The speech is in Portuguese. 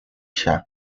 chá